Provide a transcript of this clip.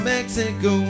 Mexico